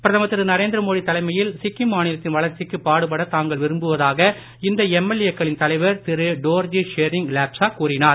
பிரதமர் திரு நரேந்திரமோடி தலைமையில் சிக்கிம் மாநிலத்தின் வளர்ச்சிக்கு பாடுபட தாங்கள் விரும்புவதாக இந்த எம்எல்ஏ க்களின் தலைவர் திரு டோர்ஜி ஷெரிங் லேப்சா கூறினார்